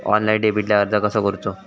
Online डेबिटला अर्ज कसो करूचो?